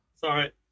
Sorry